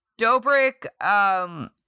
Dobrik